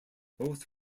both